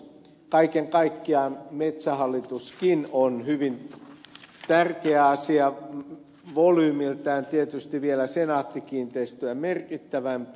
kaiken kaikkiaan metsähallituskin on hyvin tärkeä asia volyymiltään tietysti vielä senaatti kiinteistöjä merkittävämpi